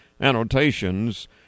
annotations